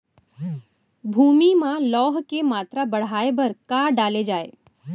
भूमि मा लौह के मात्रा बढ़ाये बर का डाले जाये?